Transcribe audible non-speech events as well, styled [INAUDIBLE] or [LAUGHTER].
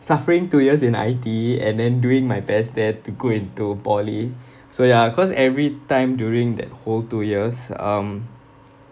suffering two years in I_T_E and then doing my best there to go into poly so ya cause every time during that whole two years um [NOISE]